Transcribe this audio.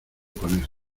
poner